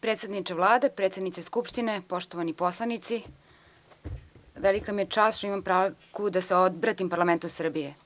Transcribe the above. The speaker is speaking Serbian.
Predsedniče Vlade, predsednice Skupštine, poštovani poslanici, velika mi je čast što imam priliku da se obratim parlamentu Srbije.